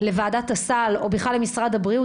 לוועדת הסל או בכלל למשרד הבריאות?